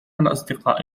الأصدقاء